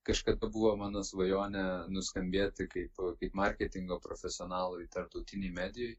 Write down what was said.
kažkada buvo mano svajonė nuskambėti kaip kaip marketingo profesionalui tarptautinėj medijoj